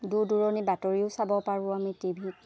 দূৰ দূৰণি বাতৰিও চাব পাৰোঁ আমি টি ভিত